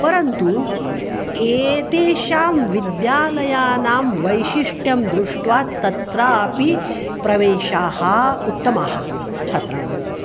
परन्तु एतेषां विद्यालयानां वैशिष्ट्यं दृष्ट्वा तत्रापि प्रवेशाः उत्तमाः छात्राणाम्